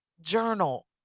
journal